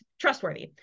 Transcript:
trustworthy